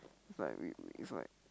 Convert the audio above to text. is like we we is like